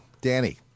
danny